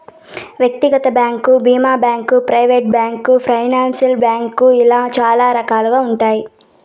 వ్యక్తిగత బ్యాంకు భీమా bank, private bank, finance bank ఇలా చాలా రకాలుగా ఉన్నాయి